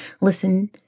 listen